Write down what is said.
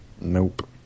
nope